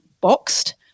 boxed